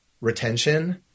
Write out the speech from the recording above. retention